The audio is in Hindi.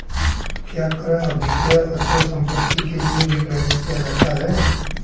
क्या क्रय अभिक्रय अचल संपत्ति के लिये भी प्रयुक्त किया जाता है?